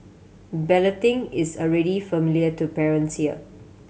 balloting is a really familiar to parents here